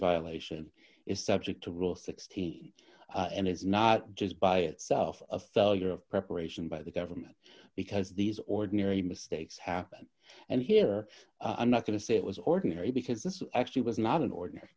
violation is subject to rule sixteen and it's not just by itself a failure of preparation by the government because these ordinary mistakes happen and here i'm not going to say it was ordinary because this actually was not an ordinary